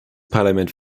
parlament